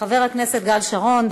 חבר הכנסת שמולי, לסיים.